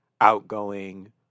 outgoing